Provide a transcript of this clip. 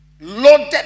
Loaded